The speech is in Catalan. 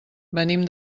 venim